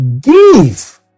give